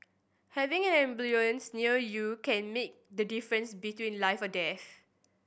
having an ambulance near you can make the difference between life and death